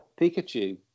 Pikachu